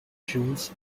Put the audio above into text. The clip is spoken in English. jules